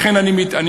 לכן אני מבקש,